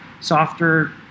softer